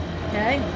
okay